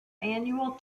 annual